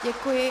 Děkuji.